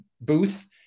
booth